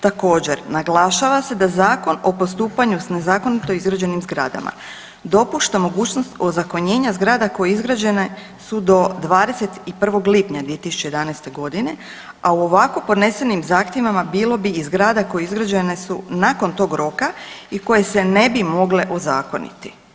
Također naglašava se da Zakon o postupanju s nezakonito izgrađenim zgradama dopušta mogućnost ozakonjenja zgrada koje izgrađene su do 21. lipnja 2011.g., a u ovako podnesenim zahtjevima bilo bi i zgrada koje izgrađene su nakon tog roka i koje se ne bi mogle ozakoniti.